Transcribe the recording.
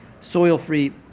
soil-free